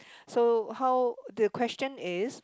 so how the question is